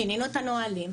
שיננו את הנהלים,